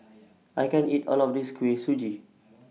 I can't eat All of This Kuih Suji